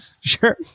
Sure